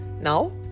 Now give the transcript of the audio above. Now